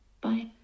Bye